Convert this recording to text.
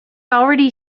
already